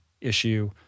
issue